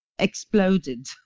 exploded